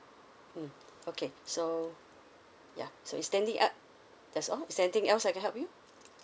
mm okay so ya so is there any el~ that's all is there anything else I can help you